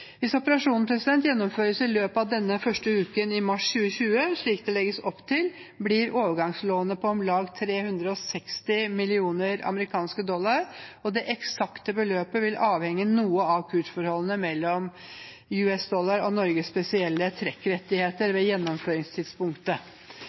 Hvis operasjonen gjennomføres i løpet av den første uken i mars 2020, slik det legges opp til, blir overgangslånet på om lag 360 mill. amerikanske dollar. Det eksakte beløpet vil avhenge noe av kursforholdet mellom amerikanske dollar og Norges spesielle trekkrettigheter